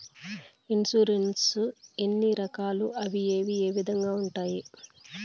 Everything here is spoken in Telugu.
ఇన్సూరెన్సు ఎన్ని రకాలు అవి ఏ విధంగా ఉండాయి